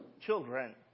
children